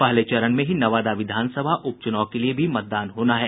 पहले चरण में ही नवादा विधानसभा उपचुनाव के लिए भी मतदान होना है